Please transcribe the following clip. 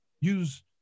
use